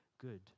good